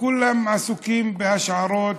וכולם עסוקים בהשערות,